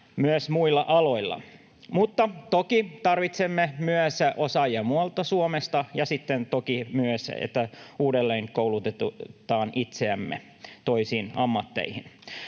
myös muilla aloilla. Mutta toki tarvitsemme osaajia myös muualta Suomesta, ja sitten toki myös sitä, että uudelleen koulutamme itseämme toisiin ammatteihin.